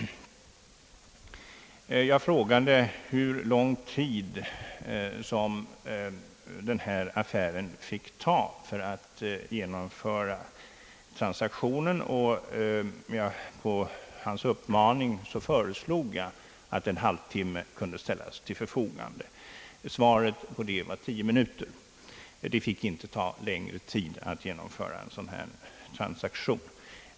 Jag frågade hur lång tid som den här affären fick ta för att genomföra transaktionen, och på hans uppmaning föreslog jag en halvtimme. Svaret blev tio minuter; det fick inte ta längre tid att genomföra en sådan här transaktion.